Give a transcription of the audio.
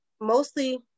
Mostly